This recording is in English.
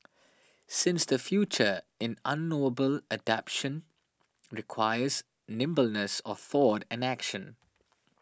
since the future in unknowable adaptation requires nimbleness of thought and action